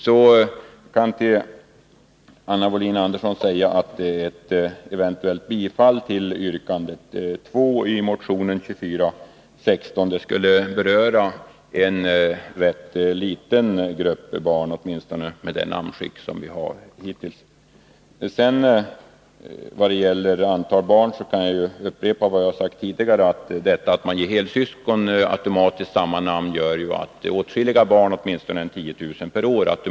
Jag kan säga till Anna Wohlin-Andersson att ett eventuellt bifall till yrkande 2 i motionen 2416 skulle beröra en rätt liten grupp barn, åtminstone med det namnskick vi haft hittills. Vad sedan gäller antalet barn, kan jag upprepa vad jag har sagt tidigare. Utskottets förslag att helsyskon automatiskt skall få samma efternamn kommer att beröra åtskilliga barn, åtminstone 10 000 per år.